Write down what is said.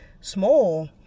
small